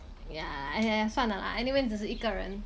ya !aiya! 算 de lah anyway 只是一个人